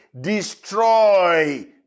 destroy